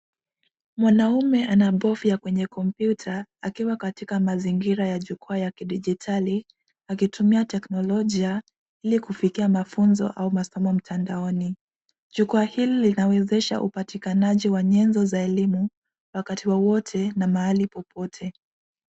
Mwanaume anabofya kwenye kompyuta akiwa katika mazingira ya jukwaa ya kidijitali akitumia teknolojia ili kufikia mafunzo au masomo mtandaoni. Jukwaa hili linawezesha upatikanaji wa nyenzo za elimu wakati wowote na mahali popote.